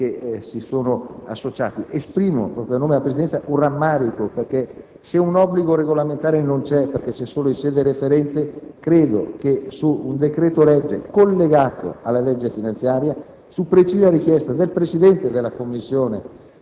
che si sono associati. Esprimo, proprio a nome della Presidenza, un rammarico, perché se manca un obbligo regolamentare, perché c'è solo in sede referente, credo che su un decreto‑legge collegato alla legge finanziaria, su precisa richiesta del Presidente della Commissione